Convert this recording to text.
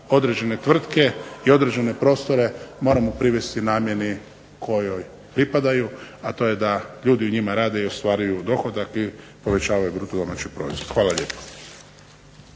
određene tvrtke i određene prostore moramo privesti namjeni kojoj pripadaju, a to je da ljudi u njima rade i ostvaruju dohodak i povećavaju BDP. Hvala lijepo.